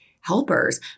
helpers